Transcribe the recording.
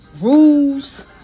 Rules